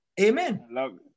amen